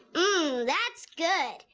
mm, that's good.